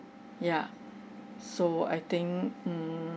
ya so I think mm